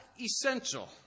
essential